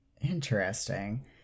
interesting